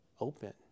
open